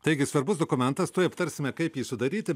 taigi svarbus dokumentas tuoj aptarsime kaip jį sudaryti bet